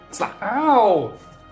ow